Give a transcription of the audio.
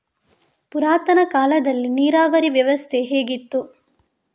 ಪುರಾತನ ಕಾಲದಲ್ಲಿ ನೀರಾವರಿ ವ್ಯವಸ್ಥೆ ಹೇಗಿತ್ತು?